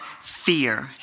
fear